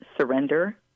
surrender